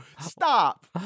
stop